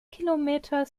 kilometer